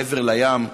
מעבר לים,